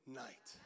night